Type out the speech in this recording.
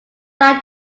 like